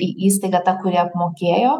į įstaigą ta kuri apmokėjo